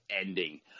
ending